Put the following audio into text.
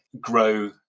grow